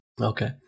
Okay